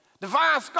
divine